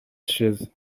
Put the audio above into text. chaises